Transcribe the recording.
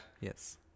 Yes